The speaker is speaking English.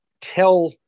tell